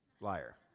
Liar